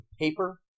paper